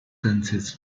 consists